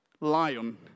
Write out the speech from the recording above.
lion